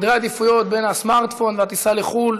סדרי עדיפויות בין הסמארטפון והטיסה לחו"ל